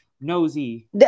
Nosy